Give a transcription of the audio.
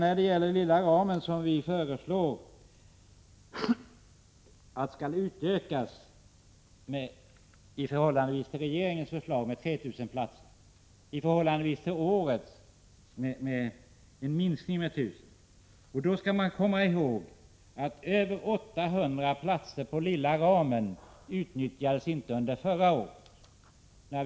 I fråga om den lilla ramen, vilken vi föreslår skall utökas i förhållande till regeringens förslag med 3 000 platser — jämfört med årets siffror innebär det en minskning med 1 000 platser — skulle jag vilja påminna om att över 800 platser inom den lilla ramen inte utnyttjades förra året.